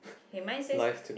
K mine says